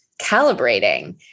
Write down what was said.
calibrating